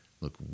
look